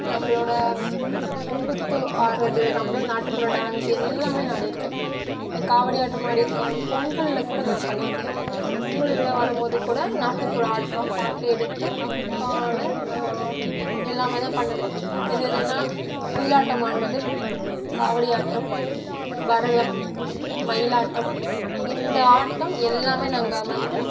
நம்ளோட குத்து ஆடுறது நம்மளும் நாட்டுப்புற டான்ஸ் எல்லாமே நான் ஆடிட்டுருக்கேன் இப்போ காவடி ஆட்டம் ஆடிட்டுருக்கேன் பொங்கல்லை கூட நான் பண்ணிருக்கேன் பொங்கல் விழா வரும் போதும்கூட நாட்டுப்புற ஆடுறோம் பாட்டு எடுத்து அதற்கான எல்லாமே தான் பண்ணது எது எதுன்னா ஒயிலாட்டம் ஆடுனது காவடியாட்டம் பரதம் மயிலாட்டம் இந்த ஆட்டம் எல்லாமே நாங்கள் வந்து